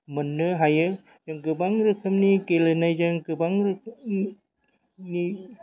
मोननो हायो जों गोबां रोखोमनि गेलेनायजों गोबां रोखोमनि